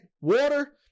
water